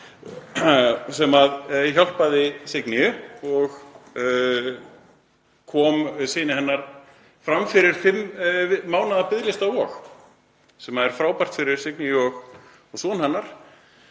sem hjálpaði Signýju og kom syni hennar fram fyrir fimm mánaða biðlista á Vogi sem er frábært fyrir Signýju og son hennar,